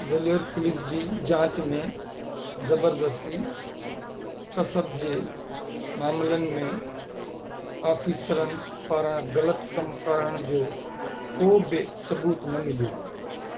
विलोर police जी जांच में ज़बरदस्ती कसब जे मामलनि मे आफ़ीसरनि पारां ग़लति कम करण जो को बि सबूत न मिलियो